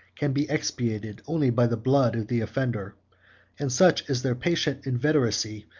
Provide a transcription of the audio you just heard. can be expiated only by the blood of the offender and such is their patient inveteracy,